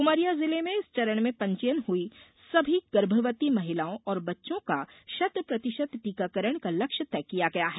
उमरिया जिले में इस चरण में पंजीयन हई सभी गर्भवती महिलओं और बच्चों का शतप्रतिशत टीकाकरण का लक्ष्य तय किया गया है